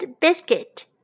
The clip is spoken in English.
biscuit